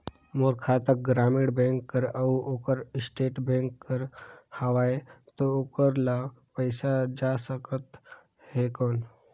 मोर खाता ग्रामीण बैंक कर अउ ओकर स्टेट बैंक कर हावेय तो ओकर ला पइसा जा सकत हे कौन?